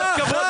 קריאה.